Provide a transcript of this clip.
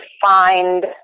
find